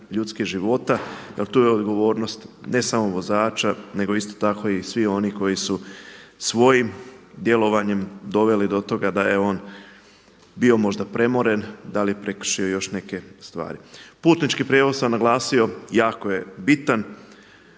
ljudskih života jer tu je odgovornost ne samo vozača, nego isto tako i svi oni koji su svojim djelovanjem doveli do toga da je on bio možda premoren i da li je prekršio još neke stvari. Putnički prijevoz sam naglasio, jako je bitan,